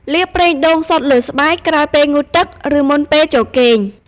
លាបប្រេងដូងសុទ្ធលើស្បែកក្រោយពេលងូតទឹក ឬមុនពេលចូលគេង។